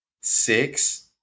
six